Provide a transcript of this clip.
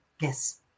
Yes